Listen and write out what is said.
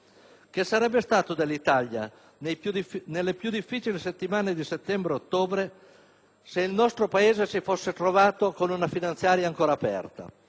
Che sarebbe stato dell'Italia nelle più difficili settimane di settembre ed ottobre se il nostro Paese si fosse trovato con una finanziaria ancora aperta?